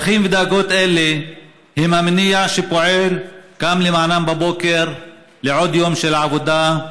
צרכים ודאגות אלה הם המניע ולמענם פועל קם בבוקר לעוד יום של עבודה,